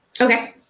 Okay